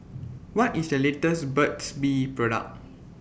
What IS The latest Burt's Bee Product